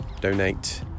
donate